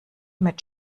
mit